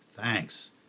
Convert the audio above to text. thanks